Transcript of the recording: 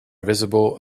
visible